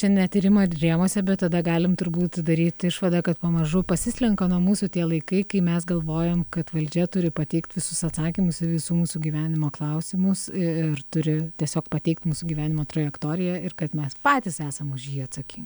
čia ne tyrimo rėmuose bet tada galim turbūt daryt išvadą kad pamažu pasislenka nuo mūsų tie laikai kai mes galvojom kad valdžia turi pateikt visus atsakymus į visų mūsų gyvenimo klausimus i ir turi tiesiog pateikt mūsų gyvenimo trajektoriją ir kad mes patys esam už jį atsakin